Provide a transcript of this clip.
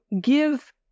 give